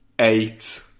Eight